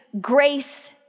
grace